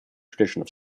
tradition